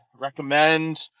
recommend